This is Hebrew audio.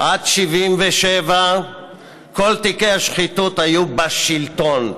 עד 1977 כל תיקי השחיתות היו בשלטון.